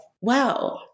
Wow